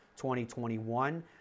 2021